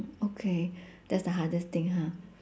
okay that's the hardest thing ha